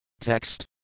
Text